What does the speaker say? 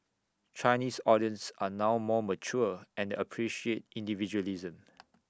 Chinese audience are now more mature and appreciate individualism